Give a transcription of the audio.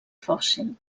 fòssil